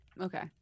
Okay